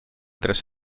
tres